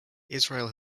israel